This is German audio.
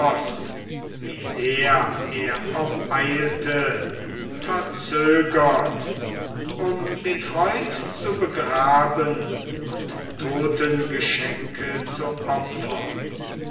wie sehr er auch eilte verzögert um den freund zu begraben und totengeschenke zu opfern